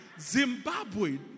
Zimbabwe